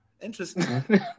Interesting